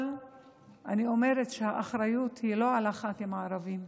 אבל אני אומרת שהאחריות היא לא על הח"כים הערבים.